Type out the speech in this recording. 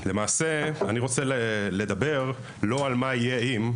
אני לא רוצה לדבר על מה יהיה אם,